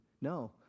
no